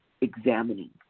examining